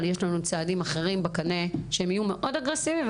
אבל יש לנו צעדים אחרים בקנה שיהיו מאוד אגרסיביים,